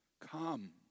Come